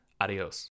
Adios